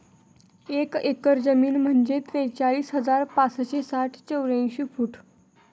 एक एकर जमीन म्हणजे त्रेचाळीस हजार पाचशे साठ चौरस फूट